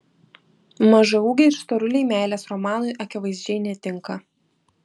mažaūgiai ir storuliai meilės romanui akivaizdžiai netinka